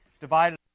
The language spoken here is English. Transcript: divided